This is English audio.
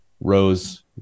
Rose